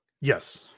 Yes